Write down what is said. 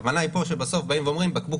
הכוונה היא שבסוף באים ואומרים שבקבוק